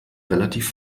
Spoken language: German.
relativ